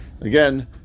again